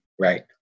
right